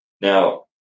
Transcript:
Now